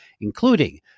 including